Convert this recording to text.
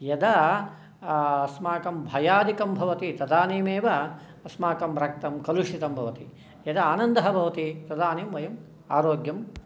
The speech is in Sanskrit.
यदा अस्माकं भयादिकं भवति तदानीमेव अस्माकं रक्तं कलुषितं भवति यदा आनन्दः भवति तदानीं वयम् आरोग्यम्